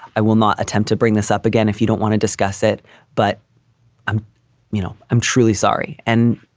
i will not attempt to bring this up again if you don't want to discuss it but i'm you know, i'm truly sorry. and